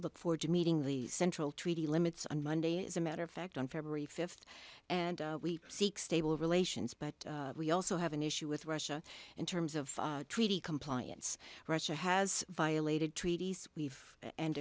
look forward to meeting the central treaty limits on monday as a matter of fact on february fifth and we seek stable relations but we also have an issue with russia in terms of treaty compliance russia has violated treaties we've and